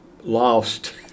lost